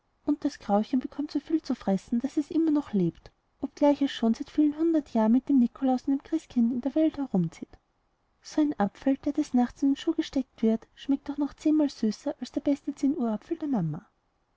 und das grauchen bekommt soviel zu fressen daß es immer noch lebt obgleich es schon seit vielen hundert jahren mit dem nikolaus und dem christkind in der welt herumzieht so ein apfel der des nachts in den schuh gesteckt wird schmeckt aber auch zehnmal süßer als der beste zehnuhrapfel der mama